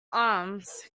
arms